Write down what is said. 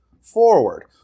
forward